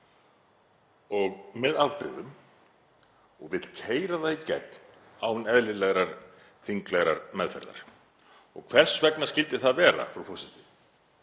með afbrigðum, og vill keyra það í gegn án eðlilegrar þinglegrar meðferðar. Og hvers vegna skyldi það vera, frú forseti?